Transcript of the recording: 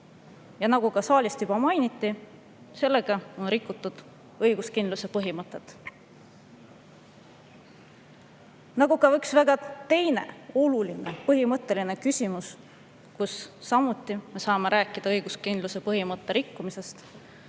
Ja nagu ka saalist juba mainiti, sellega on rikutud õiguskindluse põhimõtet. Üks teine väga oluline põhimõtteline küsimus, mille puhul me samuti saame rääkida õiguskindluse põhimõtte rikkumisest,